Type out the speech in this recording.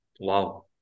wow